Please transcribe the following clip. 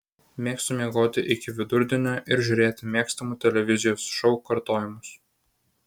mėgstu miegoti iki vidurdienio ir žiūrėti mėgstamų televizijos šou kartojimus